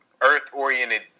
earth-oriented